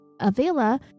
Avila